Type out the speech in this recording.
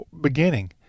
beginning